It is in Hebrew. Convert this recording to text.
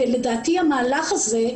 לדעתי המהלך הזה,